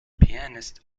pianist